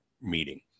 meeting